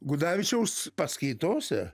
gudavičiaus paskaitose